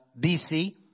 BC